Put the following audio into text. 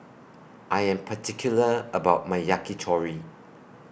I Am particular about My Yakitori